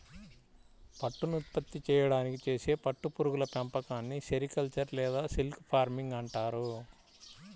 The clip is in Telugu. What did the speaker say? పట్టును ఉత్పత్తి చేయడానికి చేసే పట్టు పురుగుల పెంపకాన్ని సెరికల్చర్ లేదా సిల్క్ ఫార్మింగ్ అంటారు